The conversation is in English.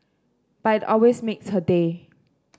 but it always makes her day